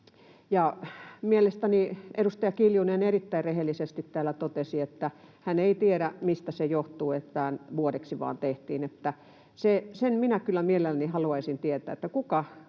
Mielestäni edustaja Kiljunen erittäin rehellisesti täällä totesi, että hän ei tiedä, mistä johtuu, että tämä vuodeksi vain tehtiin. Sen minä kyllä mielelläni haluaisin tietää, että kuka